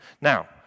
Now